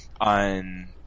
on